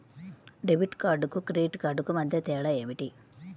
Debit కార్డుకు credit కార్డుకు మధ్య తేడా ఏమిటీ?